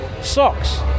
Socks